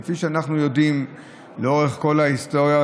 כפי שאנחנו יודעים לאורך כל ההיסטוריה,